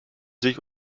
sich